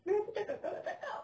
bila aku cakap kau nak cakap